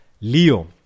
Leo